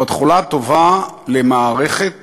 הוא התחלה טובה למערכת